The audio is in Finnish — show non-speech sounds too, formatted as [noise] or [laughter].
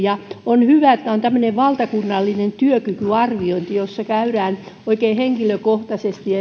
on hyvä että on tämmöinen valtakunnallinen työkykyarviointi jossa käydään oikein henkilökohtaisesti [unintelligible]